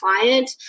client